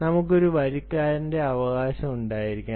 നമുക്ക് ഒരു വരിക്കാരന്റെ അവകാശം ഉണ്ടായിരിക്കാം